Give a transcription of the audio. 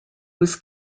was